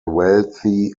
wealthy